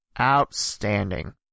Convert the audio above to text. Outstanding